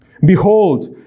Behold